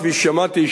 כפי ששמעתי,